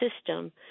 system